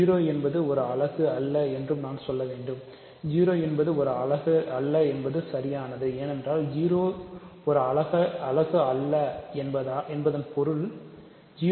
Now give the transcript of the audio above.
0 என்பது ஒரு அலகு அல்ல என்றும் நான் சொல்ல வேண்டும் 0 என்பது ஒரு அலகு அல்ல என்பது சரியானது ஏனென்றால் 0 ஒரு அலகு அல்ல என்பதன் பொருள் என்ன